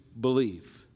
believe